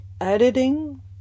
Editing